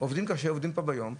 עובדים קשה, עובדים פה ביום.